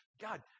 God